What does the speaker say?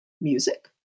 music